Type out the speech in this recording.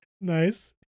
nice